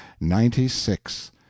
ninety-six